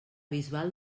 bisbal